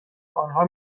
آنها